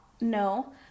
No